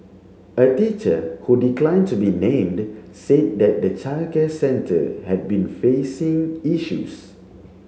a teacher who declined to be named said that the childcare centre had been facing issues